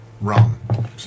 rum